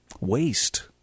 waste